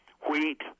wheat